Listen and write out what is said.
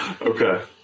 Okay